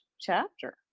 chapter